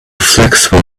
flexible